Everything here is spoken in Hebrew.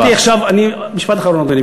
שמעתי עכשיו, משפט אחרון, אדוני.